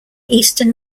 eastern